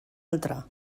altra